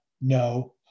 No